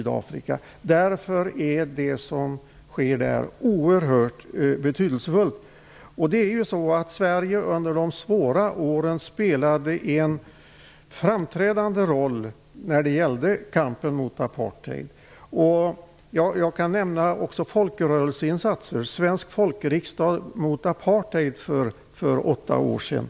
Därför är det som sker där oerhört betydelsefullt. Under de svåra åren spelade Sverige en framträdande roll när det gällde kampen mot apartheid. Jag kan även nämna folkrörelseinsatser som har gjorts. Ett exempel är svensk folkriksdag mot apartheid för åtta år sedan.